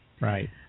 Right